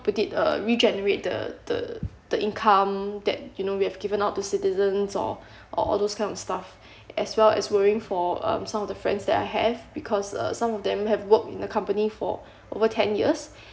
put it uh regenerate the the the income that you know we have given out to citizens or or all those kind of stuff as well as worrying for um some of the friends that I have because uh some of them have worked in the company for over ten years